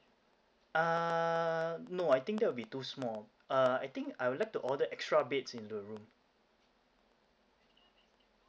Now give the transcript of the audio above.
uh no I think that will be too small uh I think I would like to order extra beds in the room